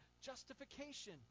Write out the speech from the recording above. justification